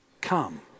come